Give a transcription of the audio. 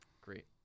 great